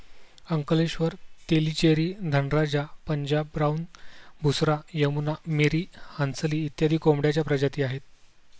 Ankleshwar, Tellicherry, Dhanraja, Punjab brown, Busra, Yamuna, Miri, Hansli इत्यादी कोंबड्यांच्या प्रजाती आहेत